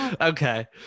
Okay